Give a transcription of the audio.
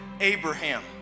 Abraham